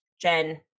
jen